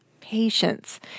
patience